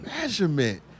measurement